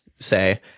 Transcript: Say